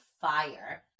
fire